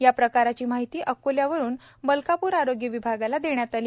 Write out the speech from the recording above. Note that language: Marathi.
या प्रकाराची माहिती अकोल्यावरुन मलकापूर आरोग्य विभागाला देण्यात आली